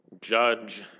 Judge